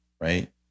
right